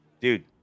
Dude